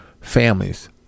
families